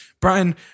Brian